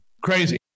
Crazy